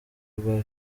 rwa